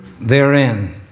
therein